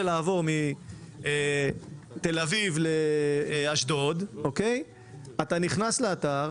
לעבור מתל אביב לאשדוד אתה נכנס לאתר,